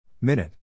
Minute